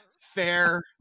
fair